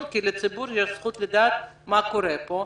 כי לציבור יש זכות לדעת מה קורה פה,